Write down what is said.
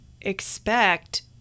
expect